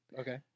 Okay